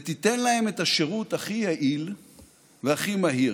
ותיתן להם את השירות הכי יעיל והכי מהיר.